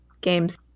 Games